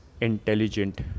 intelligent